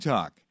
Talk